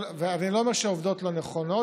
ואני לא אומר שהעובדות לא נכונות,